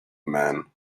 man